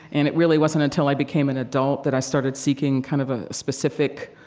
and it really wasn't until i became an adult that i started seeking kind of a specific,